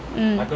mm